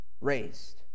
raised